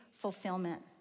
fulfillment